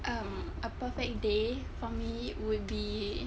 um a perfect day for me would be